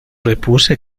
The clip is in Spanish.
repuse